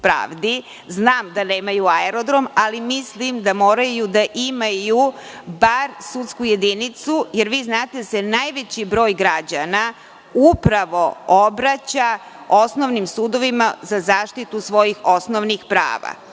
Znam da nemaju aerodrom, ali mislim da moraju da imaju bar sudsku jedinicu, jer vi znate da se najveći broj građana upravo obraća osnovnim sudovima za zaštitu svojih osnovnih prava. Znam